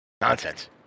Nonsense